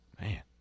Man